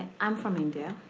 i'm from india.